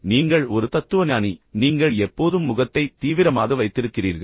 எனவே நீங்கள் ஒரு தத்துவஞானி ஆனால் நீங்கள் எப்போதும் முகத்தை தீவிரமாக வைத்திருக்கிறீர்கள்